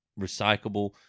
recyclable